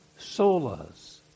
solas